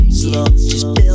slow